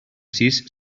sis